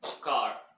car